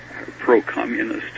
pro-communist